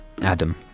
Adam